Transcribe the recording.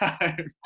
time